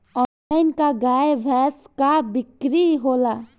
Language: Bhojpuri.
आनलाइन का गाय भैंस क बिक्री होला?